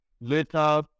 later